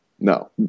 No